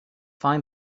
find